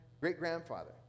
great-grandfather